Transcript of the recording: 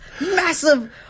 massive